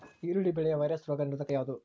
ಈರುಳ್ಳಿ ಬೆಳೆಯ ವೈರಸ್ ರೋಗ ನಿರೋಧಕ ಯಾವುದು?